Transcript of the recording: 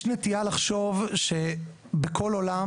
יש נטייה לחשוב שבכל עולם,